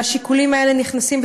השיקולים האלה נכנסים,